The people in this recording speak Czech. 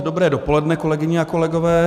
Dobré dopoledne, kolegyně a kolegové.